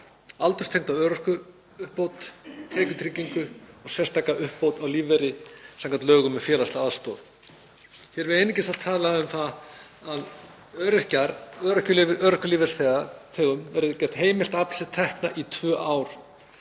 aldurstengda örorkuuppbót, tekjutryggingu og sérstaka uppbót á lífeyri samkvæmt lögum um félagslega aðstoð. Hér erum við einungis að tala um það að örorkulífeyrisþegum verði gert heimilt að afla sér tekna í tvö ár